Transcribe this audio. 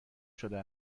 شده